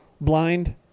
blind